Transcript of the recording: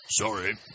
Sorry